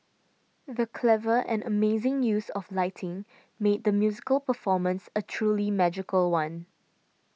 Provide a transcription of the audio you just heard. the clever and amazing use of lighting made the musical performance a truly magical one